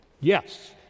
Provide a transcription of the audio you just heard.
Yes